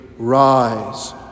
Rise